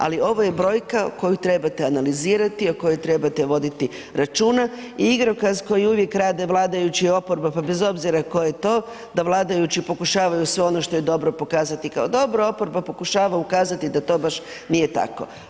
Ali ovo je brojka koju trebate analizirati, o kojoj trebate voditi računa i igrokaz koji uvijek rade vladajući i oporba bez obzira tko je to da vladajući pokušavaju sve ono što je dobro pokazati kao dobro, a oporba pokušava ukazati da to baš nije tako.